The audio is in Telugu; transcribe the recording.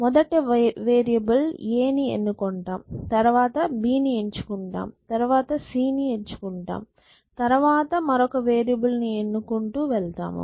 మొదట వేరియబుల్ a ని ఎన్నుకుంటాం తర్వాత b ని ఎంచుకుంటాం తర్వాత c ని ఎన్నుకుంటాం తర్వాత మరొక వేరియబుల్ ని ఎన్నుకుంటూ వెళ్తాము